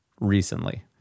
recently